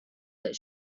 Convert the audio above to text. that